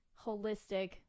holistic